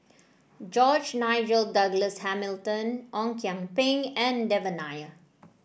George Nigel Douglas Hamilton Ong Kian Peng and Devan Nair